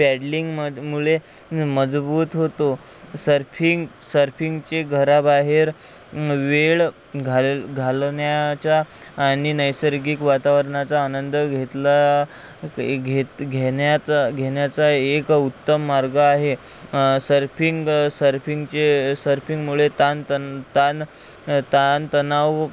पॅडलिंगमदमुळे मजबूत होतो सर्फिंग सर्फिंगचे घराबाहेर वेळ घाल घालवण्याच्या आणि नैसर्गिक वातावरणाचा आनंद घेतला तर एक घेत घेण्याचा घेण्याचा एक उत्तम मार्ग आहे सर्फिंग सर्फिंगचे सर्फिंगमुळे ताण तन ताण ताणतणाव